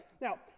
Now